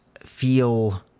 feel